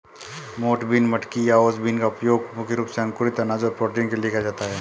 मोठ बीन, मटकी या ओस बीन का उपयोग मुख्य रूप से अंकुरित अनाज और प्रोटीन के लिए किया जाता है